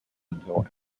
until